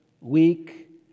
weak